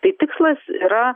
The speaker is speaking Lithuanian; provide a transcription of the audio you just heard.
tai tikslas yra